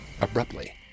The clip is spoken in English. abruptly